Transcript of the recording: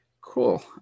Cool